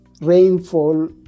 rainfall